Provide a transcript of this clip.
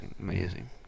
Amazing